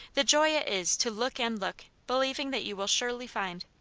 the joy it is to look and look, believing that you will surely find.